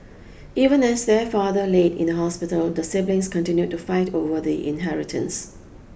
even as their father laid in the hospital the siblings continued to fight over the inheritance